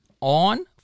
on